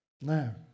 Now